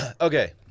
Okay